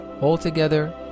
altogether